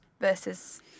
versus